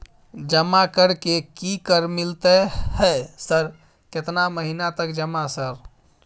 जमा कर के की कर मिलते है सर केतना महीना तक जमा सर?